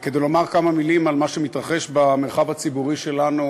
כדי לומר כמה מילים על מה שמתרחש במרחב הציבורי שלנו